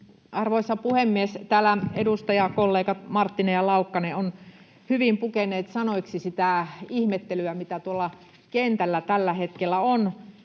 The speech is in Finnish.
Arvoisa puhemies! Täällä edustajakollegat Marttinen ja Laukkanen ovat hyvin pukeneet sanoiksi sitä ihmettelyä, mitä tuolla kentällä tällä hetkellä on.